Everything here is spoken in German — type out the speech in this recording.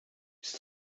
bist